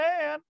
man